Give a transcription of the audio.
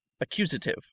Accusative